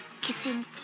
kissing